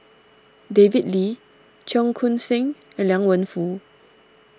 David Lee Cheong Koon Seng and Liang Wenfu